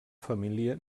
família